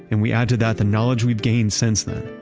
and we add to that the knowledge we've gained since then,